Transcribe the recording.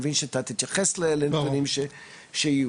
אני מבין שאתה תתייחס לנתונים כשיהיו.